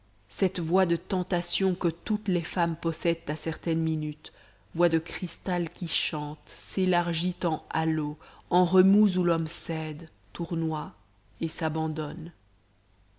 cette voix de tentation que toutes les femmes possèdent à certaines minutes voix de cristal qui chante s'élargit en halos en remous où l'homme cède tournoie et s'abandonne